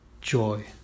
joy